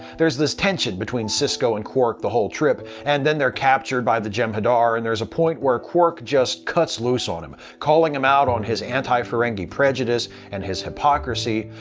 there's tension between sisko and quark the whole trip, and then they're captured by the jem'hadar and there's a point where quark just cuts loose on him, calling him out on his anti-ferengi prejudice and his hypocrisy.